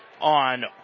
on